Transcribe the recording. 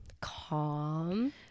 Calm